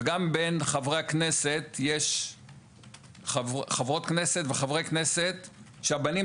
וגם בין חברי הכנסת יש חברות וחברי כנסת שהבנים